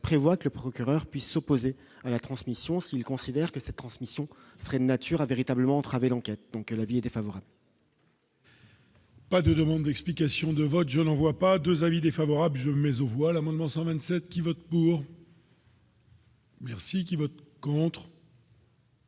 prévoit que le procureur puisse s'opposer à la transmission s'il considère que cette transmission serait de nature à véritablement entraver l'enquête donc l'avis défavorable. Pas de demandes d'explications de vote, je n'en vois pas 2 avis défavorables je mais aux voix l'amendement 127 qui vote pour. Merci qui vote contre.